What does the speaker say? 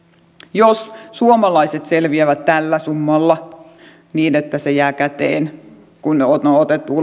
jos suomalaiset selviävät tällä summalla niin että se jää käteen kun on otettu